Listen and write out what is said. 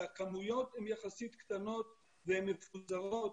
שהכמויות הן יחסית קטנות והן מפוזרות,